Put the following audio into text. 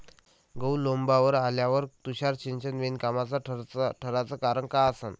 गहू लोम्बावर आल्यावर तुषार सिंचन बिनकामाचं ठराचं कारन का असन?